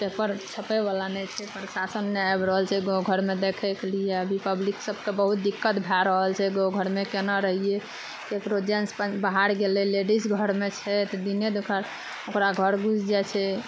paper छपै बला नहि छै प्रशासन नहि आबि रहल छै गाँव घरमे देखैके लिए अभी पब्लिक सबके बहुत दिक्कत भए रहल छै गाँव घरमे केने रहियै केकरो जेन्ट्स बाहर गेलै लेडीज घरमे छै तऽ दिने देखार ओकरा घर घुसि जाइ छै